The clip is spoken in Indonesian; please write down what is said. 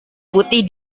putih